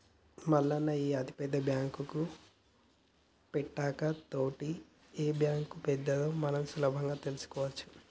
మల్లన్న ఈ అతిపెద్ద బాంకుల పట్టిక తోటి ఏ బాంకు పెద్దదో మనం సులభంగా తెలుసుకోవచ్చు